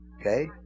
Okay